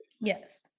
Yes